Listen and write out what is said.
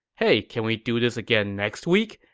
hey, can we do this again next week?